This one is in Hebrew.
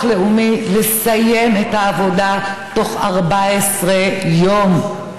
לאומי לסיים את העבודה בתוך 14 יום,